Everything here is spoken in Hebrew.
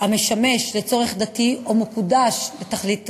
המשמש לצורך דתי או מקודש לתכלית דתית,